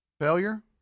failure